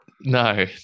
No